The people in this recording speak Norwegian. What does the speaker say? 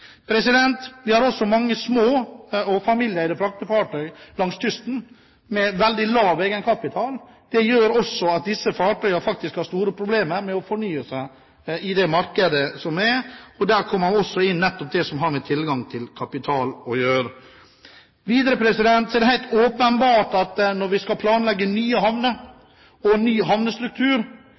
Vi har også mange små og familieeide fraktefartøy langs kysten, med veldig lav egenkapital. Disse fartøyene har faktisk store problemer med å fornye seg i det markedet som er, og her kommer også inn det som har å gjøre med tilgangen til kapital. Videre er det helt åpenbart at når vi skal planlegge nye havner og ny havnestruktur,